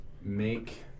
make